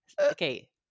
Okay